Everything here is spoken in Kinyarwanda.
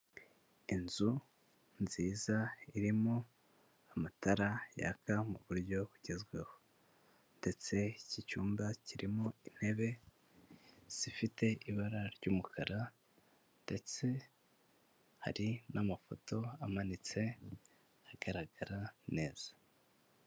Inzu nziza irimo amatara yaka mu buryo bugezweho ndetse iki cyumba kirimo intebe zifite ibara ry'umukara, ndetse hari n'amafoto amanitse agaragara neza.